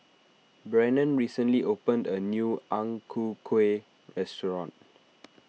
Brennen recently opened a new Ang Ku Kueh restaurant